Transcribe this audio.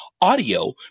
audio